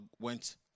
went